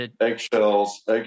Eggshells